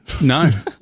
No